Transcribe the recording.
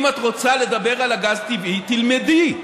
אם את רוצה לדבר על הגז הטבעי, תלמדי,